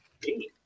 hey